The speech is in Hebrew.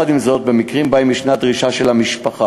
עם זאת, במקרים שבהם יש דרישה של המשפחה,